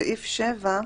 בסעיף 7,